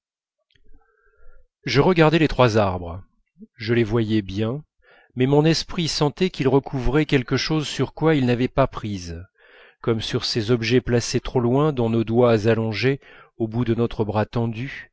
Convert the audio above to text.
je regardais les trois arbres je les voyais bien mais mon esprit sentait qu'ils recouvraient quelque chose sur quoi ils n'avaient pas prise comme sur ces objets placés trop loin dont nos doigts allongés au bout de notre bras tendu